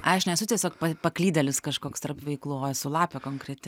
ai aš nesu tiesiog pa paklydėlis kažkoks tarp veiklų o esu lapė konkreti